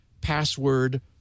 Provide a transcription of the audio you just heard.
password